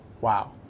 wow